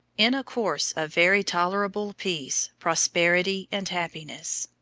in a course of very tolerable peace, prosperity, and happiness.